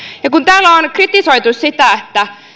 ja kun täällä on kritisoitu sitä